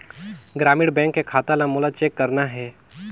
ग्रामीण बैंक के खाता ला मोला चेक करना हे?